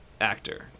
actor